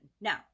now